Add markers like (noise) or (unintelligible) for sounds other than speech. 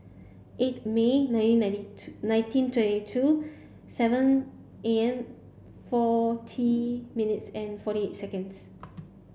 eighth May nineteen ninety (unintelligible) nineteen twenty two seven A M forty minutes and forty eight seconds